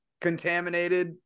contaminated